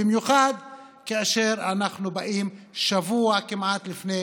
במיוחד כאשר אנחנו באים שבוע כמעט לפני